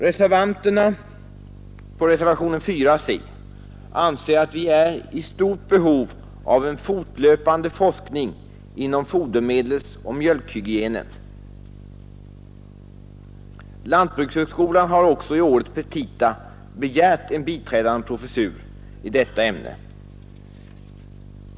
Undertecknarna av reservationen 4 c anser att vi är i stort behov av en fortlöpande forskning inom fodermedelsoch mjölkhygienen. Lantbrukshögskolan har också i årets petita begärt en biträdande professur i detta ämne.